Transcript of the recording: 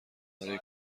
برای